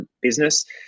business